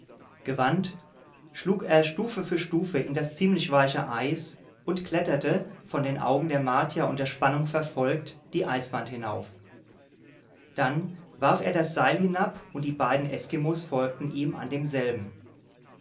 schlug er stufe auf stufe in das ziemlich weiche eis und kletterte von den augen der martier unter spannung verfolgt die eiswand hinauf dann warf er das seil hinab und die beiden eskimos folgten ihm an demselben